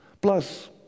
Plus